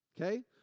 Okay